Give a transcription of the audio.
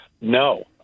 No